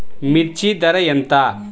మిర్చి ధర ఎంత?